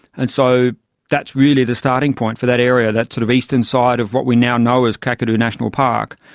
and so that's really the starting point for that area, that sort of eastern side of what we now know as kakadu national park.